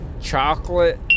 chocolate